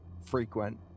frequent